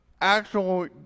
actual